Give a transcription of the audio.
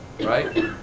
right